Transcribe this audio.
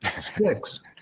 Six